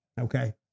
okay